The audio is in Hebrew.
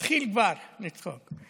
התחיל כבר לצחוק,